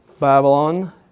Babylon